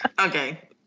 Okay